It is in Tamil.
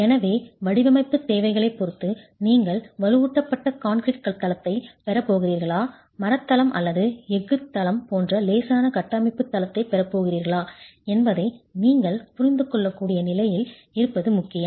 எனவே வடிவமைப்புத் தேவைகளைப் பொறுத்து நீங்கள் வலுவூட்டப்பட்ட கான்கிரீட் தளத்தைப் பெறப் போகிறீர்களா மரத் தளம் அல்லது எஃகுத் தளம் போன்ற லேசான கட்டமைப்புத் தளத்தைப் பெறப் போகிறீர்களா என்பதை நீங்கள் புரிந்து கொள்ளக்கூடிய நிலையில் இருப்பது முக்கியம்